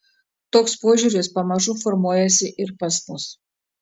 toks požiūris pamažu formuojasi ir pas mus